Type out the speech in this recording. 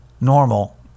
normal